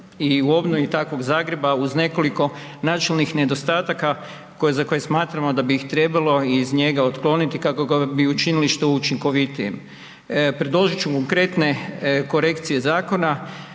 i u obnovi takvog Zagreba uz nekoliko načelnih nedostataka za koje smatramo da bi ih trebalo iz njega otkloniti kako bi ga učinili što učinkovitijim. Predložit ću konkretne korekcije zakona,